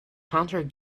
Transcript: hunter